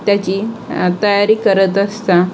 त्याची तयारी करत असतात